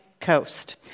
coast